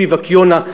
ספיבק יונה,